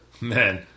man